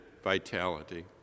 vitality